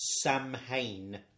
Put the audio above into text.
Samhain